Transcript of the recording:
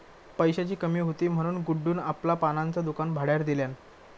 पैशाची कमी हुती म्हणान गुड्डून आपला पानांचा दुकान भाड्यार दिल्यान